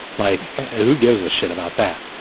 like who gives a shit about that,